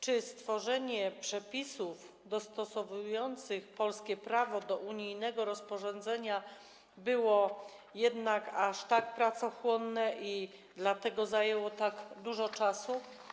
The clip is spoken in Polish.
Czy stworzenie przepisów dostosowujących polskie prawo do unijnego rozporządzenia było jednak aż tak pracochłonne i dlatego zajęło tak dużo czasu?